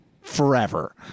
forever